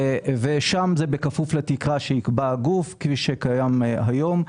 ושם זה בכפוף לתקרה שיקבע הגוף, כפי שקיים היום.